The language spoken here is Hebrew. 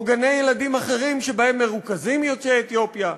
או גני-ילדים אחרים שבהם מרוכזים יוצאי אתיופיה.